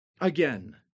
again